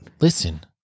Listen